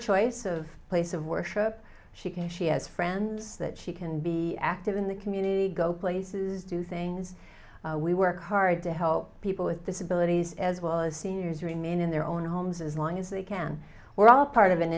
choice of place of worship she can she has friends that she can be active in the community go places do things we work hard to help people with disabilities as well as seniors remain in their own homes as long as they can we're all part of an